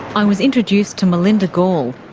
i was introduced to melinda gall.